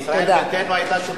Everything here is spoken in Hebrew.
תודה.